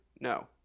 No